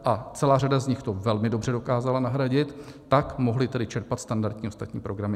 A celá řada z nich to velmi dobře dokázala nahradit, tak mohli čerpat standardně ostatní programy.